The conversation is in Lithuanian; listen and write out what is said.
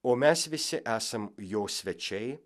o mes visi esam jo svečiai